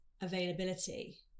availability